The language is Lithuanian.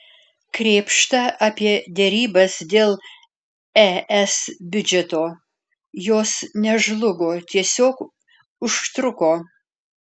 krėpšta apie derybas dėl es biudžeto jos nežlugo tiesiog užtruko